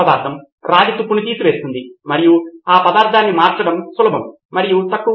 నితిన్ కురియన్ క్రమానుగతంగా సమాచారమును చూసి అనవసరమైన లేదా అలాంటి సమాచారము అందుబాటులో లేదని నిర్ధారించుకోండి